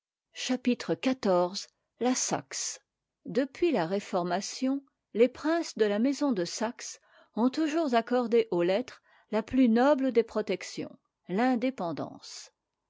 chapitre xiv la saxe depuis la réformation les princes de la maison de saxe ont toujours accordé aux lettres la plus noble des protections t'indépendance